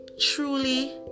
truly